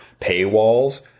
paywalls